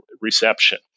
Reception